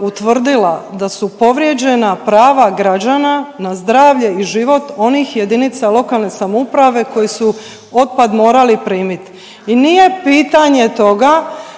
utvrdila da su povrijeđena prava građana na zdravlje i život onih jedinica lokalne samouprave koji su otpad morali primit. I nije pitanje toga